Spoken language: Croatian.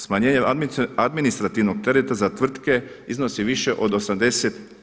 Smanjenje administrativnog tereta za tvrtke iznosi više od 80%